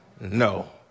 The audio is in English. No